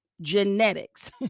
genetics